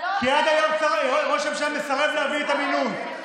כי עד היום ראש הממשלה מסרב להביא את המינוי.